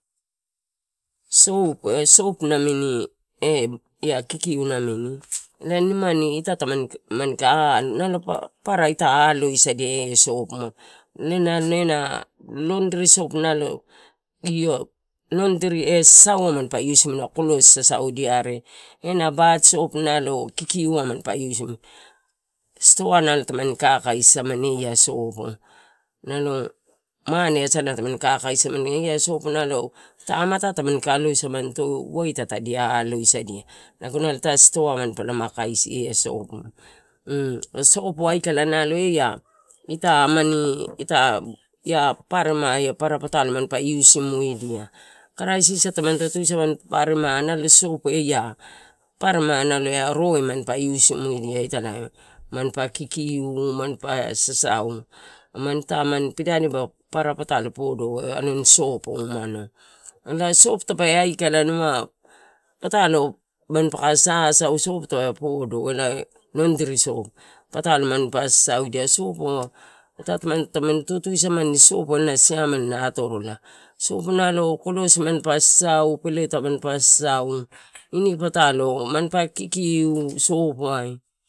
Ssopo e sopo namini kikiu namini elae nimani ita tamanika alo, nalo papara ita alosadia elae sopo muatae, nimani ena londri sopo nalo io, londri e, usasaua manpa usimua e, sasaua manpa, klosi sasauadiai are ena bat sopo nalo kikiu ai mampa usimu idia, stoa tamani ka kaisia samani ela sopo, nalo mane asana tamani kakaisia samani elae sopo amatai tamani ka alo samani ito waita tadi alo sadia, lago nalo ita stoai manipala kaisi ea sopo eh. Sopo aikala nalo eia eh ita namini paparema ea eh papara patalo manipa iusidia, kraisis iamanito papararemai nalo sopo ea paparema ea roe manpa iusimadia manpa kikiu manpa sasaw. Amana ita pidani papara patalo podo, eh namin sopo umado. Elae sopo tape aikala duma patalo manpaka sasau, sopo tape podo elae londri sopo, sopo elae siamela manpa sasau, ini patalo, manpa kikiu sopo ai.